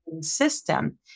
system